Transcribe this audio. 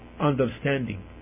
understanding